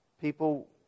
people